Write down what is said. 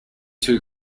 two